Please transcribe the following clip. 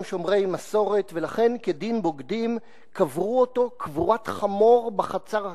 הם שומרי מסורת ולכן כדין בוגדים קברו אותו קבורת חמור בחצר הכלא,